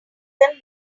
when